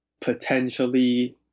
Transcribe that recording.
potentially